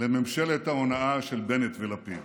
לממשלת ההונאה של בנט ולפיד: